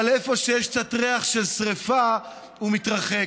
אבל איפה שיש קצת ריח של שרפה הוא מתרחק.